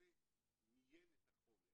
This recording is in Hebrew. שרופא מיין את החומר